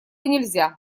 нельзя